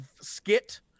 skit